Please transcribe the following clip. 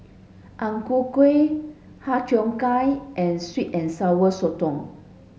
Ang Ku Kueh Har Cheong Gai and sweet and sour sotong